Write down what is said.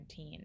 2019